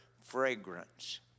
fragrance